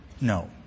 No